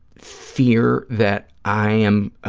fear that i am,